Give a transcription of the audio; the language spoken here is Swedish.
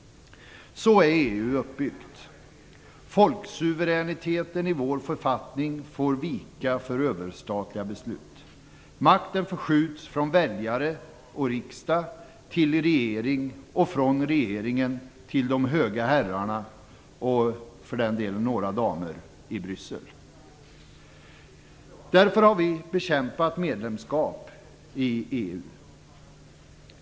Så är EU uppbyggt. Folksuveräniteten i vår författning får vika för överstatliga beslut. Makten förskjuts från väljarna och riksdagen till regeringen, och från regeringen till de höga herrarna - och, för den delen, några damer - i Bryssel. Därför har vi bekämpat ett medlemskap i EU.